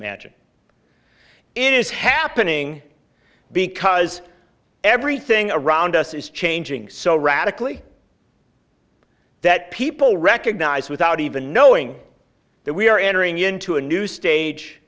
imagine it is happening because everything around us is changing so radically that people recognize without even knowing that we are entering into a new stage